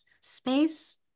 space